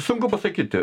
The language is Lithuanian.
sunku pasakyti